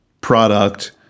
product